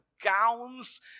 gowns